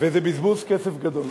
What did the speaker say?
וזה בזבוז כסף גדול.